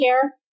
care